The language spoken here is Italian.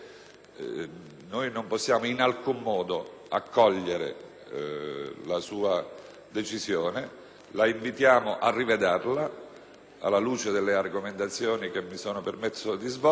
noi non possiamo in alcun modo accogliere la sua decisione. La invitiamo a rivederla alla luce delle argomentazioni che mi sono permesso di svolgere